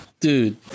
Dude